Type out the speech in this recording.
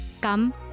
Come